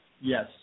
Yes